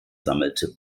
sammelte